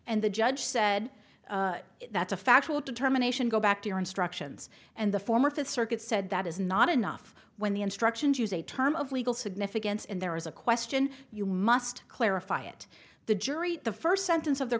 and the judge said that's a factual determination go back to your instructions and the former fifth circuit said that is not enough when the instructions use a term of legal significance in there is a question you must clarify it the jury the first sentence of the